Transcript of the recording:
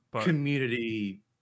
community